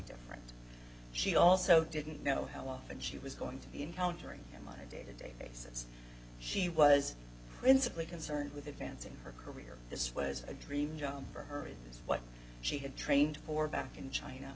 different she also didn't know how often she was going to be encountering in my day to day basis she was principally concerned with advancing her career this was a dream job for her it was what she had trained for back in china